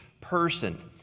person